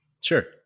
Sure